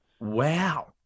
Wow